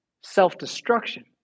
self-destruction